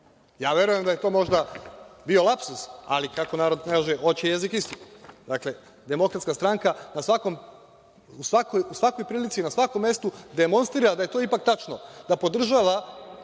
Ja verujem da je to možda bio lapsus, ali kako narod kaže – hoće jezik istinu. Dakle, DS u svakoj prilici, na svakom mestu demonstrira da je to ipak tačno, da podržava